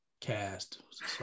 cast